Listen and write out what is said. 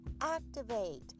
activate